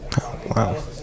Wow